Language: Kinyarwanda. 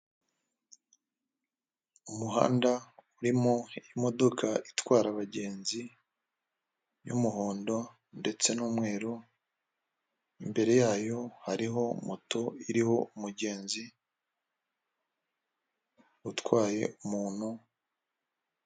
Umuhanda urimo imodoka itwara abagenzi y'umuhondo ndetse n'umweru, imbere yayo hariho moto iriho umugenzi utwaye umuntu.